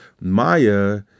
Maya